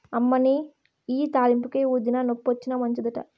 అమ్మనీ ఇయ్యి తాలింపుకే, ఊదినా, నొప్పొచ్చినా మంచిదట